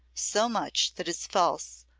so much that is false,